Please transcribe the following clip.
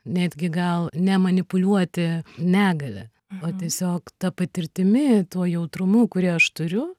netgi gal ne manipuliuoti negalia o tiesiog ta patirtimi tuo jautrumu kurį aš turiu